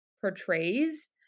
portrays